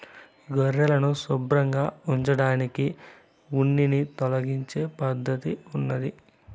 గొర్రెలను శుభ్రంగా ఉంచడానికి ఉన్నిని తొలగించే పద్ధతి ఉన్నాది